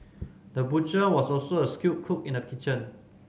the butcher was also a skilled cook in the kitchen